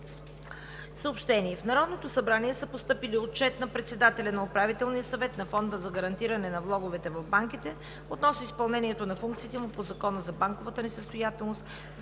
отбрана.“ В Народното събрание са постъпили Отчет на председателя на Управителния съвет на Фонда за гарантиране на влоговете в банките относно изпълнението на функциите му по Закона за банковата несъстоятелност